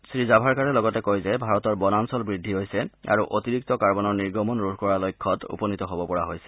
শ্ৰীজাভড়েকাৰে লগতে কয় যে ভাৰতৰ বনাঞ্চল বুদ্ধি হৈছে আৰু অতিৰিক্ত কাৰ্বনৰ নিৰ্গমন ৰোধ কৰাৰ লক্ষ্যত উপনীত হব পৰা হৈছে